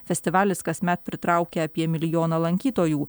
festivalis kasmet pritraukia apie milijoną lankytojų